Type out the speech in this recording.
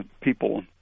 people